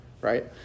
right